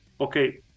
okay